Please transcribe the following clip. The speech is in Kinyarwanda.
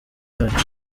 yacyo